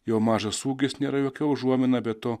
jo mažas ūgis nėra jokia užuomina apie to